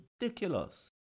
ridiculous